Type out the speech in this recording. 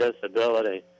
disability